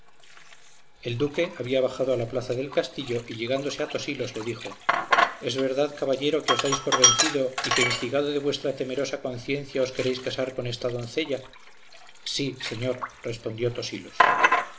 el duque había bajado a la plaza del castillo y llegándose a tosilos le dijo es verdad caballero que os dais por vencido y que instigado de vuestra temerosa conciencia os queréis casar con esta doncella sí señor respondió tosilos